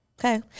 okay